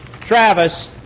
Travis